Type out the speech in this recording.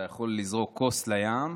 אתה יכול לזרוק כוס לים,